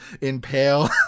impale